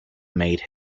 made